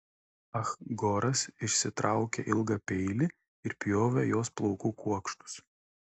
ah goras išsitraukė ilgą peilį ir pjovė jos plaukų kuokštus